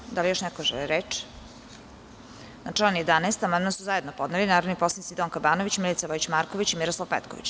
Hvala. `Da li još neko želi reč? (Ne) Na član 11. amandman su zajedno podneli narodni poslanici Donka Banović, Milica Vojić Marković i Miroslav Petković.